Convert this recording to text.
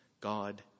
God